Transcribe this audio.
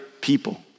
people